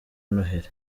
noheli